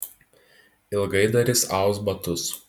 ilgai dar jis aus batus